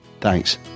Thanks